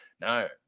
No